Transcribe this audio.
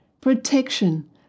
protection